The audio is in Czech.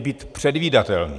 Být předvídatelný.